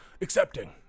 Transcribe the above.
accepting